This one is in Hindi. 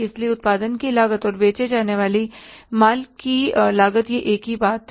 इसलिए उत्पादन की लागत और बेचे जाने वाले माल की लागत यह एक ही बात है